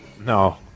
No